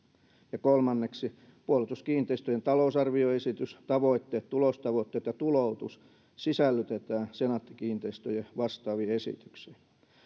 ja kolmanneksi puolustuskiinteistöjen talousarvioesitys tavoitteet tulostavoitteet ja tuloutus sisällytetään senaatti kiinteistöjen vastaaviin esityksiin